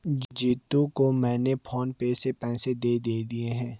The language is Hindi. जीतू को मैंने फोन पे से पैसे दे दिए हैं